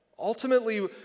Ultimately